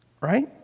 right